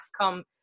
come